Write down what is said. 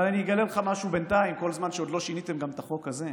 אבל אני אגלה לך משהו בינתיים: כל זמן שעוד לא שיניתם גם את החוק הזה,